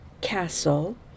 Castle